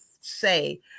say